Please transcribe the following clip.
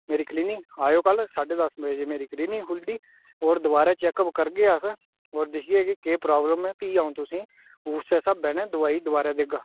मेरी क्लिनिक आएओ कल साड्ढे दस बजे मेरी क्लिनिक खुलदी होर दबारा चेकअप करगे अस होर दिखगे कि केह् प्राब्लम ऐ फ्ही अ'ऊं तुसेंगी उस्सै स्हाबै नै दवाई दबारा देगा